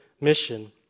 mission